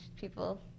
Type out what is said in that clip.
people